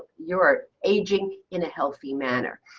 your aging in a healthy manner.